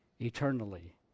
eternally